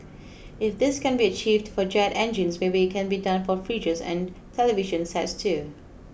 if this can be achieved for jet engines maybe it can be done for fridges and television sets too